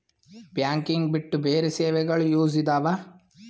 Banking ಬಿಟ್ಟು ಬೇರೆ ಸೇವೆಗಳು ಯೂಸ್ ಇದಾವ?